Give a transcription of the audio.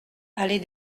allée